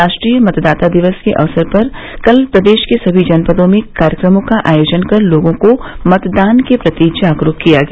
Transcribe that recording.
राष्ट्रीय मतदाता दिवस के अवसर पर कल प्रदेश के सभी जनपदों में कार्यक्रमों का आयोजन कर लोगों को मतदान के प्रति जागरूक किया गया